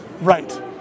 Right